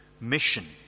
mission